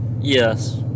yes